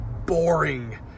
Boring